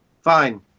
Fine